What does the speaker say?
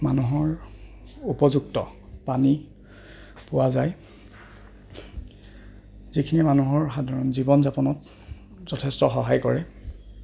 মানুহৰ উপযুক্ত পানী পোৱা যায় যিখিনি মানুহৰ সাধাৰণ জীৱন যাপনত যথেষ্ট সহায় কৰে